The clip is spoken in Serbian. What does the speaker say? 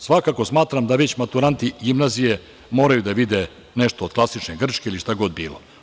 Svakako, smatram da već maturanti gimnazije moraju da vide nešto od klasične Grčke ili šta god bilo.